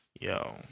Yo